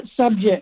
subject